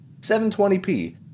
720p